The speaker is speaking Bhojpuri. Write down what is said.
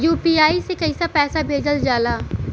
यू.पी.आई से कइसे पैसा भेजल जाला?